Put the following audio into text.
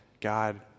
God